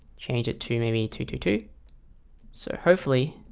change it to maybe two to two so hopefully